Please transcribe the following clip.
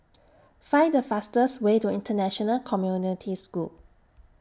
Find The fastest Way to International Community School